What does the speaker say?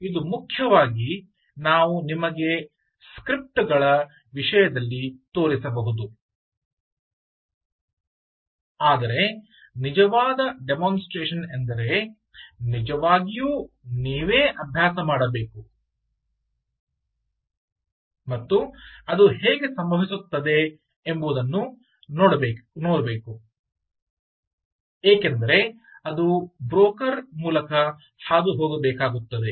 ಆದ್ದರಿಂದ ಇದು ಮುಖ್ಯವಾಗಿ ನಾವು ನಿಮಗೆ ಸ್ಕ್ರಿಪ್ಟ್ ಗಳ ವಿಷಯದಲ್ಲಿ ತೋರಿಸಬಹುದು ಆದರೆ ನಿಜವಾದ ಡೆಮೋನ್ಸ್ಟ್ರೇಷನ್ ಎಂದರೆ ನಿಜವಾಗಿಯೂ ನೀವೇ ಅಭ್ಯಾಸ ಮಾಡಬೇಕು ಮತ್ತು ಅದು ಹೇಗೆ ಸಂಭವಿಸುತ್ತದೆ ಎಂಬುದನ್ನು ನೋಡಬೇಕು ಏಕೆಂದರೆ ಅದು ಬ್ರೋಕರ್ ಮೂಲಕ ಹಾದುಹೋಗಬೇಕಾಗುತ್ತದೆ